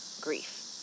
grief